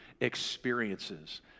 experiences